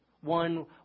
one